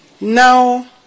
now